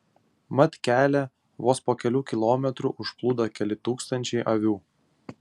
mat kelią vos po kelių kilometrų užplūdo keli tūkstančiai avių